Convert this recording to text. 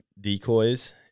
decoys